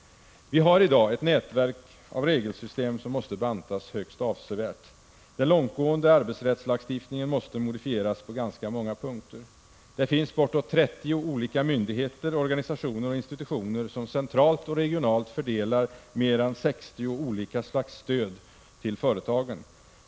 Vi har i dag ett nätverk av regelsystem som måste bantas högst avsevärt. Den långtgående arbetsrättslagstiftningen måste modifieras på ganska många punkter. Det finns bortåt 30 olika myndigheter, organisationer och institutioner som centralt och regionalt fördelar mer än 60 olika slags stöd till företagen.